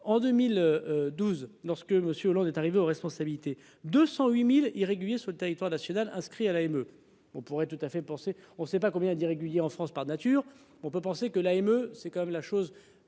ce que Monsieur Hollande est arrivé aux responsabilités, 208.000. Irrégulier sur le territoire national inscrit à l'AME. On pourrait tout à fait penser, on ne sait pas combien d'irréguliers en France par nature. On peut penser que la émeut c'est quand même la chose